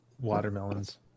watermelons